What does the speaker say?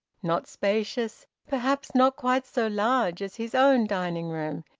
not spacious, perhaps not quite so large as his own dining-room,